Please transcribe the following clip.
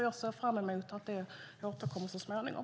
Jag ser fram emot att det återkommer så småningom.